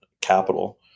capital